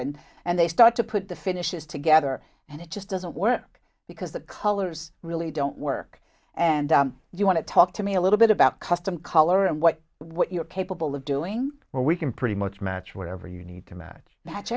and and they start to put the finishes together and it just doesn't work because the colors really don't work and you want to talk to me a little bit about custom color and what what you're capable of doing where we can pretty much match whatever you need to match match